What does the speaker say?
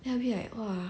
then I'll be like !wah!